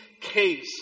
case